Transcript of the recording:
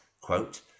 quote